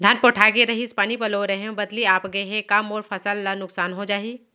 धान पोठागे रहीस, पानी पलोय रहेंव, बदली आप गे हे, का मोर फसल ल नुकसान हो जाही?